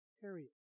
Period